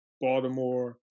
Baltimore